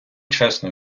чесно